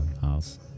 house